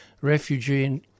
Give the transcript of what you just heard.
Refugee